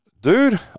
Dude